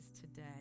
today